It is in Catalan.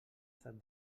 estat